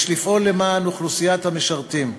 יש לפעול למען אוכלוסיית המשרתים.